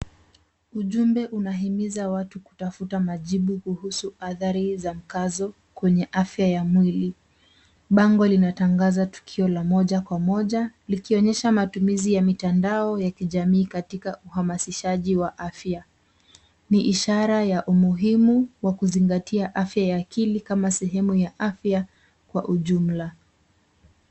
Ujumbe unahimiza watu kutafuta majibu kuhusu adhari za mkazo kwenye afya ya mwili. Bango linatangaza tukio la moja kwa moja likionyesha matumizi ya mitandaao ya kijamii katika uhamasishaji wa afya. Ni ishara ya umuhimu wa kuzingatia afya ya akili kama sehemu ya afya kwa ujumla.